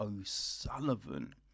o'sullivan